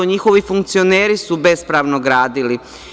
NJihovi funkcioneri su bespravno gradili.